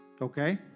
Okay